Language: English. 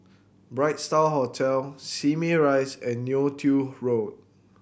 Bright Star Hotel Simei Rise and Neo Tiew Road